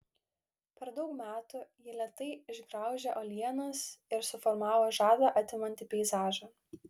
per daug metų ji lėtai išgraužė uolienas ir suformavo žadą atimantį peizažą